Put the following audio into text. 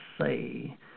say